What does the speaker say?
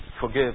Forgive